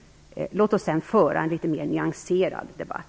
Låt oss sedan föra en litet mer nyanserad debatt,